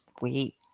wait